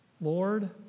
Lord